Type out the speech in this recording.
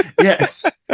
Yes